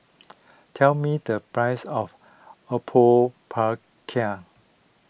tell me the price of Apom Berkuah